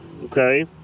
Okay